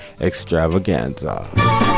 Extravaganza